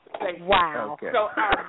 Wow